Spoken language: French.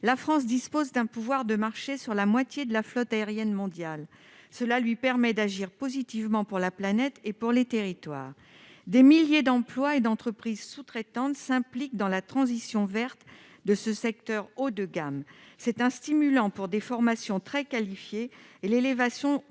la France dispose d'un pouvoir de marché sur la moitié de la flotte aérienne mondiale, ce qui lui permet d'agir positivement pour la planète et pour les territoires. Des milliers d'emplois et d'entreprises sous-traitantes s'impliquent dans la transition verte de ce secteur haut de gamme. C'est un stimulant pour des formations très qualifiées et l'élévation du niveau